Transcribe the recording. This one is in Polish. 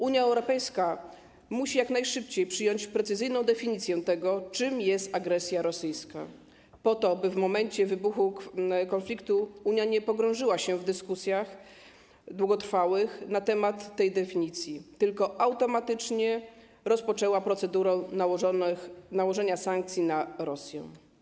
Unia Europejska musi jak najszybciej przyjąć precyzyjną definicję tego, czym jest agresja rosyjska, po to by w momencie wybuchu konfliktu Unia nie pogrążyła się w długotrwałych dyskusjach na temat tej definicji, tylko automatycznie rozpoczęła procedurę nałożenia sankcji na Rosję.